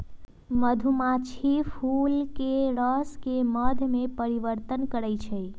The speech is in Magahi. मधुमाछी फूलके रसके मध में परिवर्तन करछइ